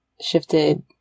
shifted